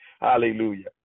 Hallelujah